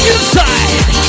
Inside